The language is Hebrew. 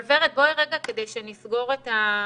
ורד, כדי שנסגור את הדברים,